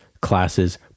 classes